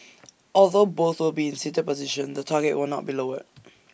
although both will be in A seated position the target will not be lowered